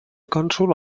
cònsol